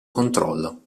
controllo